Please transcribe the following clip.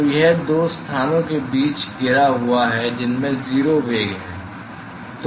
तो यह दो स्थानों के बीच घिरा हुआ है जिनमें 0 वेग हैं